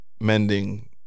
mending